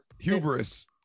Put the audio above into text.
Hubris